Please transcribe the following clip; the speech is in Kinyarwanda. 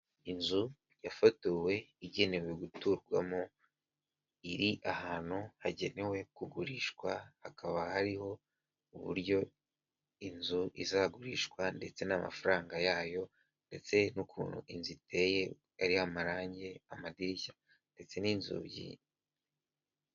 Inzu yafotowe igenewe guturwamo iri ahantu hagenewe kugurishwa, hakaba hariho uburyo inzu izagurishwa ndetse n'amafaranga yayo ndetse n'ukuntu inzu iteye hariho amarangi, amadirishya ndetse n'inzugi.